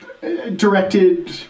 Directed